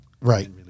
Right